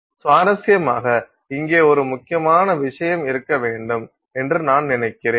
சுவாரஸ்யமாக இங்கே ஒரு முக்கியமான விஷயம் இருக்க வேண்டும் என்று நான் நினைக்கிறேன்